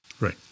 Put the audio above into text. Right